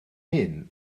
hyn